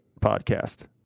podcast